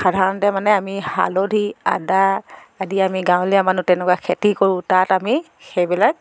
সাধাৰণতে মানে আমি হালধি আদা আদি আমি গাঁৱলীয়া মানুহ খেতি কৰোঁ তাত আমি সেইবিলাক